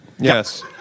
Yes